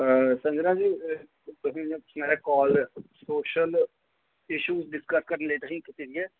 संजना जी तुसें ई इ'यां कॉल सोशल इश्शू ताहीं कीती दी ऐ